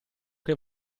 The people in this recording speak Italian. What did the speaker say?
che